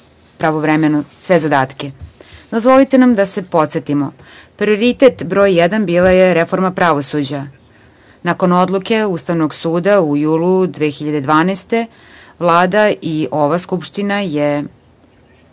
pravovremeno sve zadatke. Dozvolite nam da se podsetimo. Prioritet broj jedan bila je reforma pravosuđa. Nakon Odluke Ustavnog suda u julu 2012. godine, Vlada i ova Skupština je